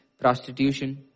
prostitution